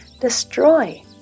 Destroy